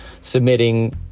submitting